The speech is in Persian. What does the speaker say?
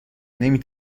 نمی